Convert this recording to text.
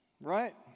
Right